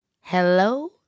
hello